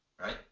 right